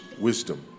wisdom